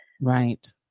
Right